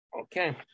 Okay